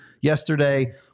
yesterday